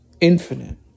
infinite